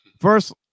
First